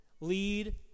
lead